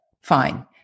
fine